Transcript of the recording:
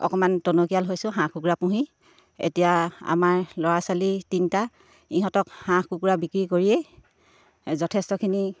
অকণমান টনকিয়াল হৈছোঁ হাঁহ কুকুৰা পুহি এতিয়া আমাৰ ল'ৰা ছোৱালী তিনিটা ইহঁতক হাঁহ কুকুৰা বিক্ৰী কৰিয়েই যথেষ্টখিনি